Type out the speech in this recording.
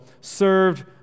served